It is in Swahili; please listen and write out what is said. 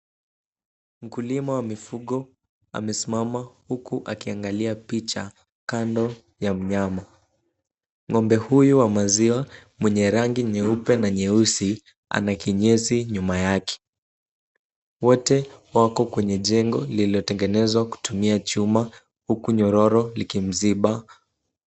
Mkulima wa mifugo amesimama huku akiangalia picha kando ya mnyama. Ng'ombe huyu wa maziwa mwenye rangi nyeupe na nyeusi ana kinyesi nyuma yake. Wote wako kwenye jengo lililotengenezwa kutumia chuma huku nyororo likimziba.